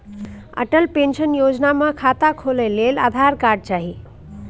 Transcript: Atal pension योजना मे खाता खोलय लेल आधार कार्ड चाही